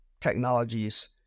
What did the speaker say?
technologies